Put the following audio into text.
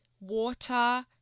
water